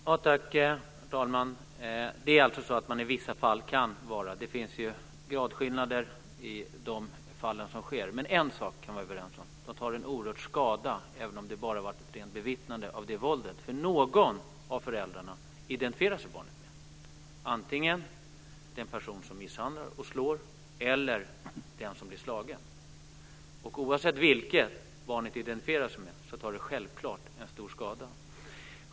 Herr talman! Det är alltså så att de i vissa fall kan vara brottsoffer. Det finns gradskillnader i de fall som sker. En sak kan vi dock vara överens om: De tar en oerhörd skada, även om det bara varit ett rent bevittnande av våldet. Barnet identifierar sig nämligen med någon av föräldrarna - antingen den person som misshandlar och slår eller den som blir slagen. Oavsett vilken tar barnet självfallet stor skada.